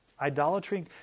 idolatry